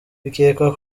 bikekwa